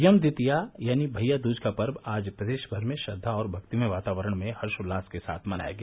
यम द्वितीया यानी भइया दूज का पर्व आज प्रदेश भर में श्रद्वा और भक्तिमय वातावरण में हर्षोल्लास के साथ मनाया गया